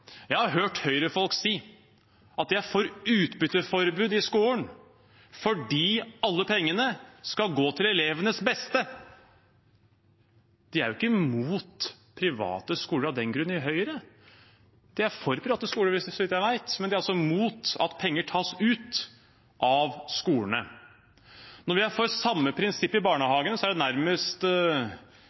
Jeg har hørt Høyre-folk si at de er for utbytteforbud i skolen fordi alle pengene skal gå til elevenes beste. De i Høyre er jo ikke mot private skoler av den grunn. De er for private skoler, så vidt jeg vet, men de er altså mot at penger tas ut av skolene. Når vi er for samme prinsipp i barnehagene, er det nærmest